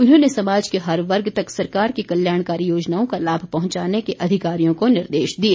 उन्होंने समाज के हर वर्ग तक सरकार की कल्याणकारी योजनाओं का लाभ पहुंचाने के अधिकारियों को निर्देश दिए